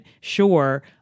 sure